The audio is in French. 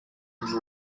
numéro